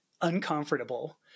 uncomfortable